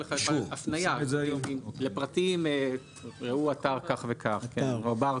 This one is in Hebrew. הפנייה: לפרטים ראו אתר כך וכך או בר קוד.